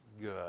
good